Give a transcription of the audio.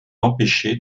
empêcher